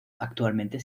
actualmente